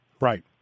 Right